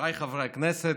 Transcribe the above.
חבריי חברי הכנסת,